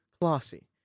classy